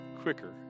quicker